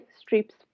strips